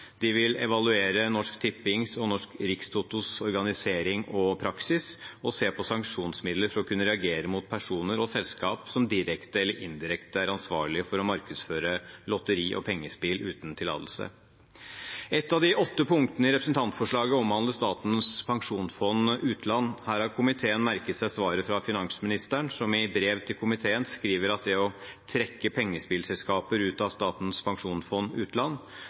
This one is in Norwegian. de vil evaluere Norsk Tippings og Norsk Rikstotos organisering og praksis og se på sanksjonsmidler for å kunne reagere mot personer og selskaper som direkte eller indirekte er ansvarlige for å markedsføre lotteri og pengespill uten tillatelse. Ett av de åtte punktene i representantforslaget omhandler Statens pensjonsfond utland. Her har komiteen merket seg svaret fra finansministeren, som i brev til komiteen skriver at det å trekke pengespillselskaper ut av Statens pensjonsfond utland